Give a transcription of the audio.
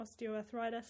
osteoarthritis